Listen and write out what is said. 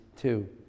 two